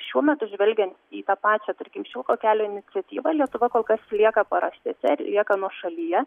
šiuo metu žvelgiant į tą pačią tarkim šilko kelio iniciatyvą lietuva kol kas lieka paraštėse ir lieka nuošalyje